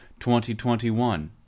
2021